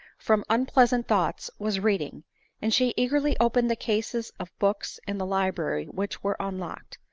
from unpleasant thoughts was reading and she eagerly opened the cases of books in the library which were unlocked.